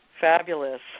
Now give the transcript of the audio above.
Fabulous